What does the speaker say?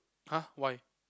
!huh! why